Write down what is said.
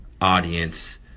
audience